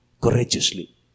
courageously